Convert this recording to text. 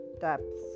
depths